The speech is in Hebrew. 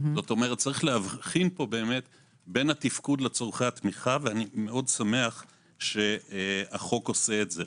יש להבחין בין התפקוד לצורכי התמיכה ואני מאוד שמח שהחוק עושה את זה.